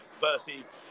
versus